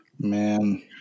Man